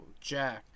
Jack